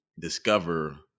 discover